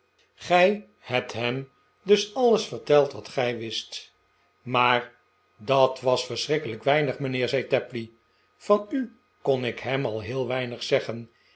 gij hebt hem dus alles verteld wat gij wist maar dat was verschrikkelijk weinig mijnheer zei tapley van u kon ik hem al heel weinig zeggen